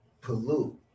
pollute